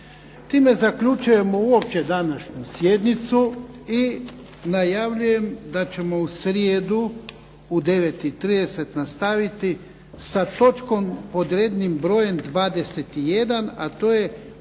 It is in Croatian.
Time zaključujem uopće današnju sjednicu i najavljujem da ćemo u srijedu u 9 i 30 nastaviti sa točkom pod rednim brojem 21., a to je